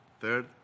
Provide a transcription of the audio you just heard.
Third